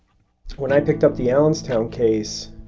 when i picked up the allenstown case,